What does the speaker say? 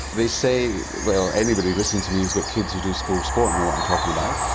they say well anybody listening to me has got kids who do school sports know what i'm talking about,